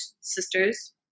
sisters